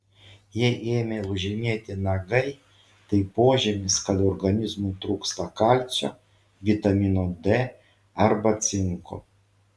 jei ėmė lūžinėti nagai tai požymis kad organizmui trūksta kalcio vitamino d arba cinko